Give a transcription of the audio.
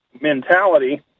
mentality